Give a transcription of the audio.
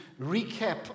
recap